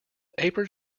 apron